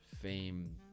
fame